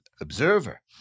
observer